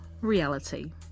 reality